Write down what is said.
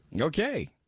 okay